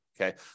Okay